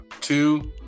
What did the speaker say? two